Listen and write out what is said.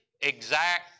exact